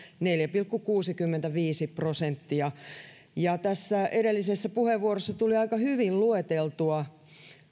neljä pilkku kuusikymmentäviisi prosenttia tässä edellisessä puheenvuorossa tuli aika hyvin lueteltua